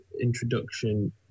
introduction